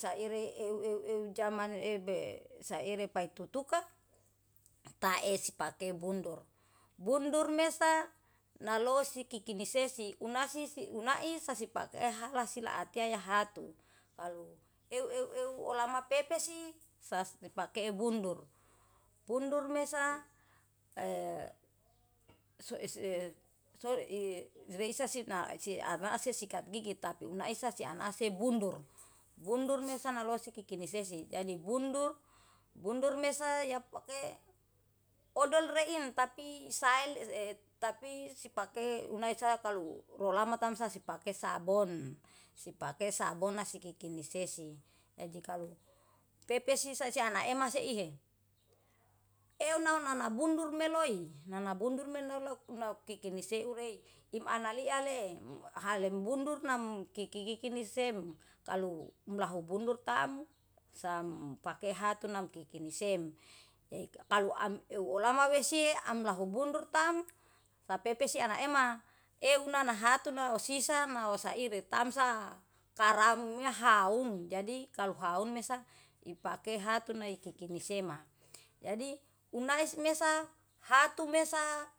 saire euw euw jaman ebe saire paitutuka taesi pake bundur. Bundur mesa nalosi kikini sesi unasisi unaisasi pakehala sialatia hatu. Kalu euw euw euw olma pepesi sase pake bundur, bundur mesa e resa sina siana sika gigi tapi una sisa anase bundur. Bundur mesa nalosi kikini sesi jadi bundur, bundur mesa yapake odol rein tapi sael ee tapi sipake unesa kalu rolama tamsa sipake sabon. Sipake sabon sikikini sesi, jadi kalu pepe sisa siana ema seihe, euwnana bundur meloi nana bundur menalok nakikini seurei im analia le hale bundur nam nakikini sem kalu umlahu bundur taem sam pake hatu nakikini sem. Jadi kalu am euw ulama wesi e am lahu bundur tam sapepe si ana ema euw nanahatur nasisa nausaire tamsa karam mehaum jadi kalo haum mesa ipake hatur nai kikini sema jadi unai mesa hatu mesa.